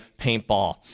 paintball